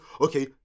okay